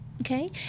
Okay